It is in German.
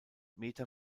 meter